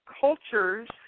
cultures